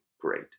great